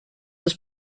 des